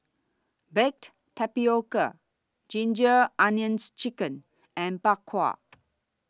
Baked Tapioca Ginger Onions Chicken and Bak Kwa